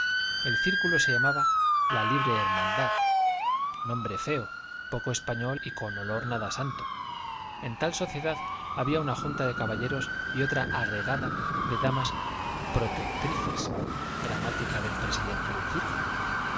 el círculo se llamaba la libre hermandad nombre feo poco español y con olor nada santo en tal sociedad había una junta de caballeros y otra agregada de damas protectrices gramática del presidente del círculo la libre hermandad se